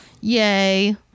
yay